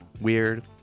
weird